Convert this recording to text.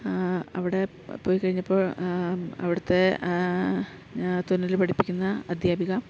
അവിടെ പോയിക്കഴിഞ്ഞപ്പോൾ അവിടുത്തെ തുന്നല് പഠിപ്പിക്കുന്ന അധ്യാപിക